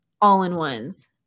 all-in-ones